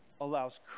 allows